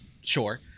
Sure